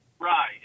Right